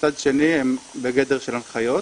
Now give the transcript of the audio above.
מצד שני הן בגדר של הנחיות,